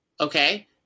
Okay